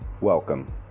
welcome